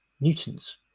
newtons